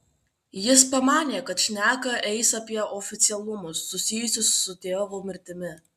jis pamanė kad šneka eis apie oficialumus susijusius su tėvo mirtimi